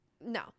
No